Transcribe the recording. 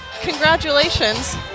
congratulations